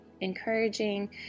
encouraging